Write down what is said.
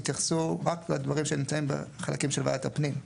התייחסו רק לחלקים שנמצאים בוועדת הפנים.